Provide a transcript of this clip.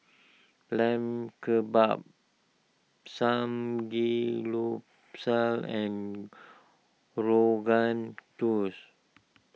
Lamb Kebabs and Rogan Josh